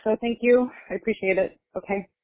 so thank you. i appreciate it. ok.